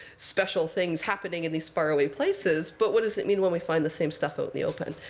special things happening in these faraway places. but what does it mean when we find the same stuff out in the open?